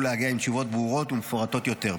להגיע עם תשובות ברורות ומפורטות יותר.